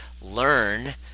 learn